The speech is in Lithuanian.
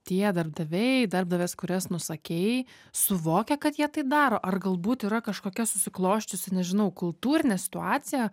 tie darbdaviai darbdavės kurias nusakei suvokia kad jie tai daro ar galbūt yra kažkokia susiklosčiusi nežinau kultūrinė situacija